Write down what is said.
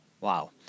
Wow